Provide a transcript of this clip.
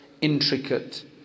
intricate